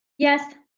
yes.